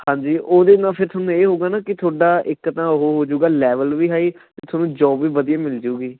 ਹਾਂਜੀ ਉਹਦੇ ਨਾਲ ਫਿਰ ਤੁਹਾਨੂੰ ਇਹ ਹੋਵੇਗਾ ਨਾ ਕਿ ਤੁਹਾਡਾ ਇੱਕ ਤਾਂ ਉਹ ਹੋਜੂਗਾ ਲੈਬਲ ਵੀ ਹਾਈ ਅਤੇ ਤੁਹਾਨੂੰ ਜੋਬ ਵੀ ਵਧੀਆ ਮਿਲ ਜੂਗੀ